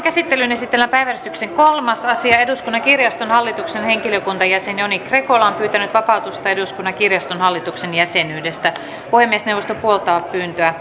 käsittelyyn esitellään päiväjärjestyksen kolmas asia eduskunnan kirjaston hallituksen henkilökuntajäsen joni krekola on pyytänyt vapautusta eduskunnan kirjaston hallituksen jäsenyydestä puhemiesneuvosto puoltaa pyyntöä